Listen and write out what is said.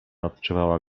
odczuwała